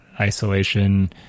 isolation